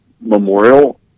Memorial